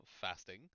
fasting